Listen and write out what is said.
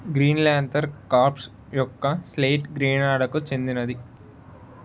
green lantern corps యొక్క slate చెందినది